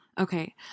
Okay